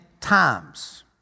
times